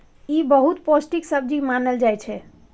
ई बहुत पौष्टिक सब्जी मानल जाइ छै